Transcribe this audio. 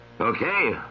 Okay